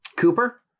cooper